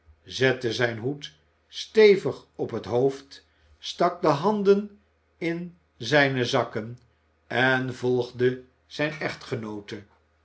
zette zijn hoed stevig op het hoofd stak de handen in zijne zakken en volgde zijne echtgenoote